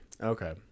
Okay